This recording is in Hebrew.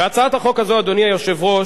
והצעת החוק הזו, אדוני היושב-ראש,